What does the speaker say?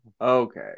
Okay